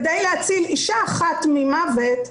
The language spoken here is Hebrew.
כדי להציל אישה אחת ממוות,